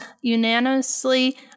unanimously